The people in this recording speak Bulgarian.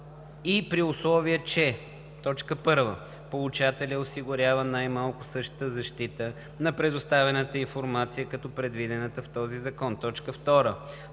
и при условие, че: 1. получателят осигурява най-малко същата защита на предоставената информация като предвидената в този закон; 2.